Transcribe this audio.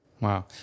Wow